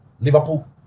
Liverpool